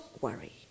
worry